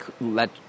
let